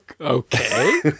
okay